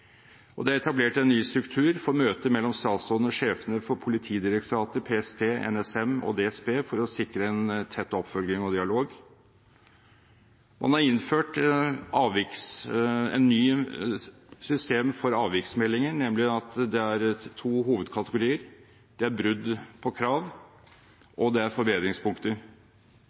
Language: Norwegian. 2016. Det er etablert en ny struktur for møtet mellom statsråden og sjefene for Politidirektoratet, PST, NSM og DSB for å sikre en tett oppfølging og dialog. Man har innført et nytt system for avviksmeldinger, nemlig at det er to hovedkategorier – «Brudd på krav»